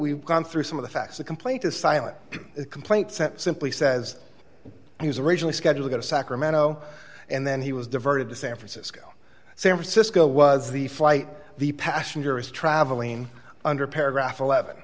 we've gone through some of the facts the complaint is silent a complaint sent simply says he was originally scheduled to sacramento and then he was diverted to san francisco san francisco was the flight the passenger is traveling under paragraph eleven